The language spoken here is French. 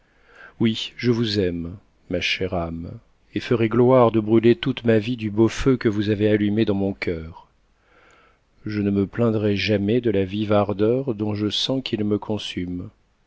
oui je vous aime ma chère âme et ferai gloire de brûler toute ma vie du beau feu que vous avez allumé dans mon cœur je ne me plaindrai jamais de la vive ardeur dont je sens qu'il me consume